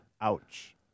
Ouch